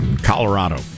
Colorado